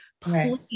Please